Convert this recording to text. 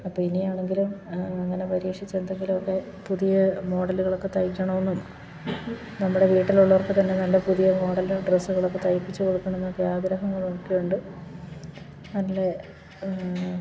അപ്പോൾ ഇനി ആണെങ്കിലും അങ്ങനെ പരീക്ഷിച്ചു എന്തെങ്കിലുമൊക്കെ പുതിയ മോഡലുകളൊക്കെ തയ്ക്കണമെന്നും നമ്മുടെ വീട്ടിലുള്ളവർക്ക് തന്നെ നല്ല പുതിയ മോഡലിൽ ഡ്രസ്സുകളൊക്കെ തയ്പ്പിച്ചു കൊടുക്കണം എന്നൊക്കെ ആഗ്രഹങ്ങളൊക്കെ ഉണ്ട് അല്ലേ